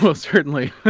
ah certainly.